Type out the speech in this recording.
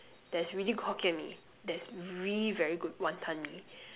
there's really good Hokkien-mee there's really good wanton-mee